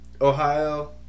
Ohio